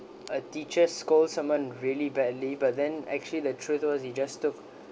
a teacher scold someone really badly but then actually the truth was he just took